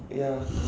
ya